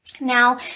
Now